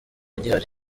gihari